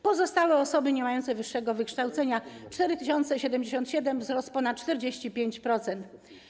Pozostałe osoby niemające wyższego wykształcenia - 4077, wzrost o ponad 45%.